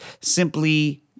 simply